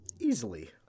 Easily